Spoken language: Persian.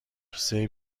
کیسه